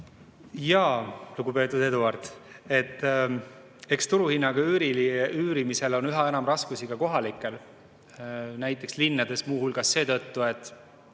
Lugupeetud Eduard! Eks turuhinnaga üürimisel on üha enam raskusi ka kohalikel, näiteks linnades, muu hulgas seetõttu, et